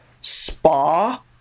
spa